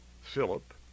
Philip